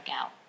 out